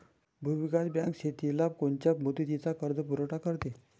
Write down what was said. भूविकास बँक शेतीला कोनच्या मुदतीचा कर्जपुरवठा करते?